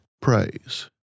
praise